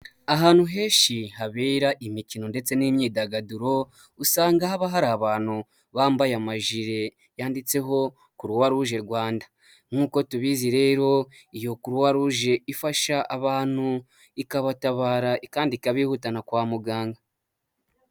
Ahantu henshi habera imikino ndetse n'imyidagaduro, usanga haba hari abantu bambaye amajiri yanditseho kuruwaruje Rwanda, nkuko tubizi rero iyo kuruwa ruje ifasha abantu ikabatabara kandi ikabihutana kwa muganga.